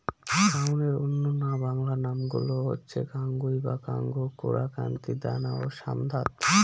কাউনের অন্য বাংলা নামগুলো হচ্ছে কাঙ্গুই বা কাঙ্গু, কোরা, কান্তি, দানা ও শ্যামধাত